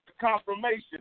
confirmation